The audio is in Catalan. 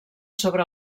sobre